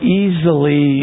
easily